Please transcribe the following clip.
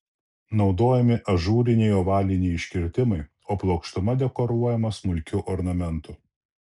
naudojami ažūriniai ovaliniai iškirtimai o plokštuma dekoruojama smulkiu ornamentu